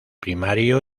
primario